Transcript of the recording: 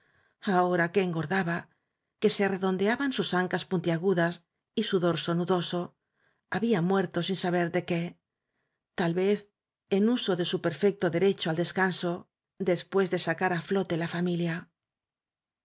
ahora que engordaba que se redondeaban sus ancas puntiagudas y su dorso nudoso había muerto sin saber cle qué tal vez aii i en uso de su perfecto i derecho al descanso después de sacar á q flote la familia